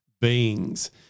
beings